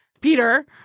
Peter